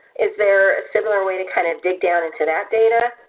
is there a similar way to kind of dig down into that data?